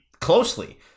closely